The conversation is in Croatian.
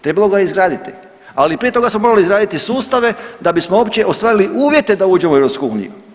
Trebalo je ga izgraditi, ali prije toga smo morali izgraditi sustave da bismo uopće ostvarili uvjete da uđemo u EU.